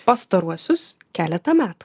pastaruosius keletą metų